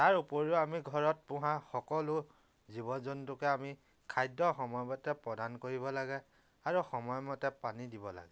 তাৰ উপৰিও আমি ঘৰত পোহা সকলো জীৱ জন্তুকে আমি খাদ্য় সময়মতে প্ৰদান কৰিব লাগে আৰু সময়মতে পানী দিব লাগে